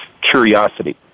curiosity